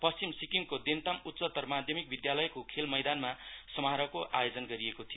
पश्चिम सिक्किमको देन्ताम उच्चतर माध्ममिक विधालयको खेल मैदानमा समारोह आयोजन गरिएको थियो